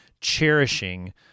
cherishing